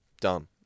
Done